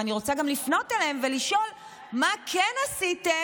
ואני רוצה גם לפנות אליהם ולשאול: מה כן עשיתם?